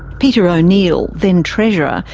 peter o'neill, then treasurer,